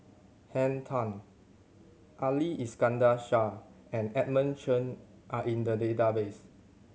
Henn Tan Ali Iskandar Shah and Edmund Chen are in the database